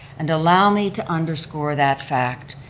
and allow me to underscore that fact.